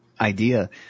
idea